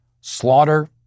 Slaughter